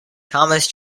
thomas